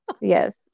Yes